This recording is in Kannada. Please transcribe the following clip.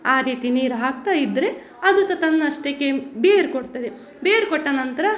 ಆ ರೀತಿ ನೀರು ಹಾಕ್ತಾಯಿದ್ದರೆ ಅದು ಸಹ ತನ್ನಷ್ಟಕ್ಕೆ ಬೇರು ಕೊಡ್ತದೆ ಬೇರು ಕೊಟ್ಟ ನಂತರ